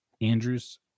Andrew's